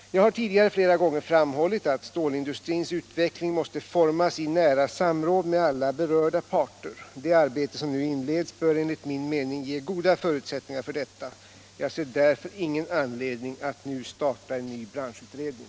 Jag har tidigare flera gånger framhållit att stålindustrins utveckling 169 170 måste formas i nära samråd med alla berörda parter. Det arbete som nu inleds bör enligt min mening ge goda förutsättningar för detta. Jag ser därför ingen anledning att nu starta en ny branschutredning.